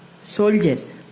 soldiers